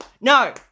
no